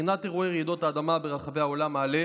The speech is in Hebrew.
מבחינת אירועי רעידות האדמה ברחבי העולם עולה